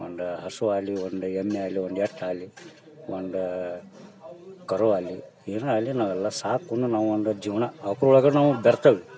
ಒಂದು ಹಸು ಆಗ್ಲಿ ಒಂದು ಎಮ್ಮೆ ಆಗ್ಲಿ ಒಂದು ಎತ್ತು ಆಗ್ಲಿ ಒಂದು ಕರು ಆಗ್ಲಿ ಏನೇ ಆಗ್ಲಿ ನಾವೆಲ್ಲ ಸಾಕೋನ ನಾವೊಂದು ಜೀವನ ಅವ್ಕ ಒಳಗೆ ನಾವು ಬೆರ್ತೀವಿ